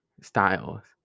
styles